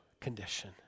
condition